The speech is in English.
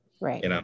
Right